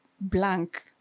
blank